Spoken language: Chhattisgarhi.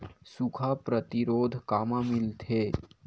सुखा प्रतिरोध कामा मिलथे?